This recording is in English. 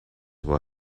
will